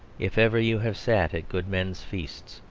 if ever you have sat at good men's feasts,